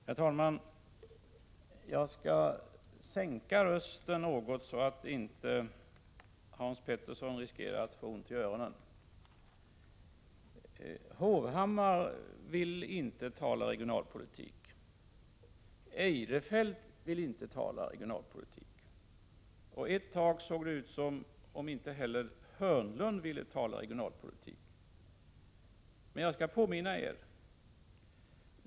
Herr talman! Jag skall sänka rösten något så att inte Hans Petersson i Hallstahammar riskerar att få ont i öronen. Erik Hovhammar vill inte tala regionalpolitik. Christer Eirefelt vill inte tala regionalpolitik. Ett tag såg det ut som om inte heller Börje Hörnlund ville tala regionalpolitik. Men jag skall påminna er.